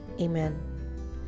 Amen